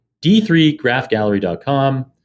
d3graphgallery.com